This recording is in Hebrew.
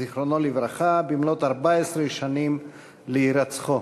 ז"ל, במלאות 14 שנים להירצחו.